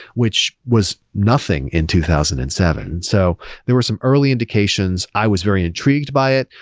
which was nothing in two thousand and seven. so there were some early indications. i was very intrigued by it,